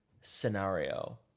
scenario